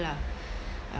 lah uh